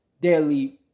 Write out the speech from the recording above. daily